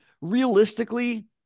realistically